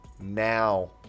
Now